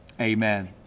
amen